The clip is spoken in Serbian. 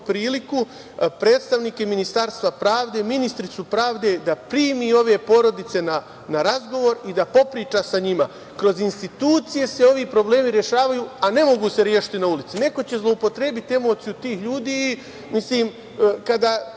priliku, predstavnike Ministarstva pravde, ministarku pravde da primi ove porodice na razgovor i da popriča sa njima. Kroz institucije se ovi problemi rešavaju, a ne mogu se rešiti na ulici. Neko će zloupotrebiti emociju tih ljudi. Kada,